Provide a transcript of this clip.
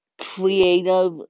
creative